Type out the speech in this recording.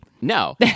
No